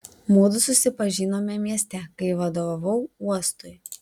mudu susipažinome mieste kai vadovavau uostui